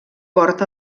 port